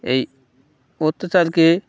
এই অত্যাচারকে